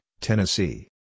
Tennessee